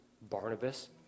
Barnabas